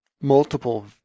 multiple